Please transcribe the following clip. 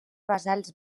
basals